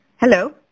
Hello